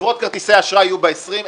חברות כרטיסי האשראי יהיו ב-20,